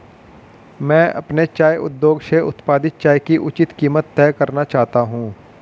मैं अपने चाय उद्योग से उत्पादित चाय की उचित कीमत तय करना चाहता हूं